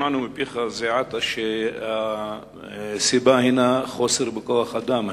שמענו מפיך זה עתה שהסיבה הינה חוסר בכוח-אדם.